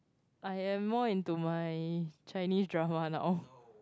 I am more into my Chinese drama now